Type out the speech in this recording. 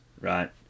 right